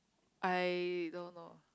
I don't know